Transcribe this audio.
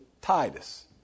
Titus